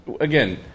Again